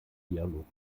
dialog